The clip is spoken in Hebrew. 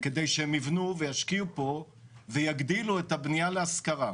כדי שהם יבנו וישקיעו ויגדילו את הבנייה להשכרה.